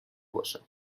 باشم